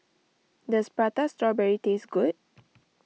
does Prata Strawberry taste good